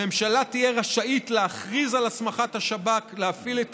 הממשלה תהיה רשאית להכריז על הסמכת השב"כ להפעיל את